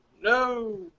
No